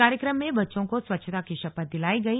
कार्यक्रम में बच्चों को स्वच्छता की शपथ दिलायी गई